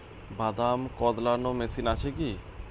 বাদাম কদলানো মেশিন আছেকি?